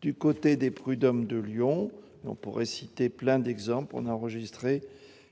Du côté des prud'hommes de Lyon- on pourrait citer de nombreux autres exemples -, on a enregistré